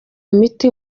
miti